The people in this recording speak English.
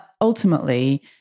ultimately